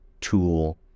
tool